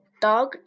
dog